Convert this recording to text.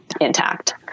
intact